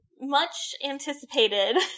much-anticipated